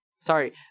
Sorry